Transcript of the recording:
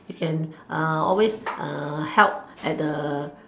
you can always help at the